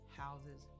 houses